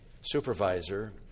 supervisor